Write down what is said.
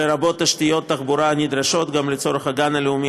לרבות תשתיות תחבורה הנדרשות גם לצורך הגן הלאומי,